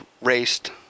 raced